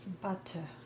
butter